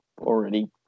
Already